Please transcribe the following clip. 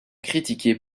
critiqué